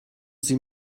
sie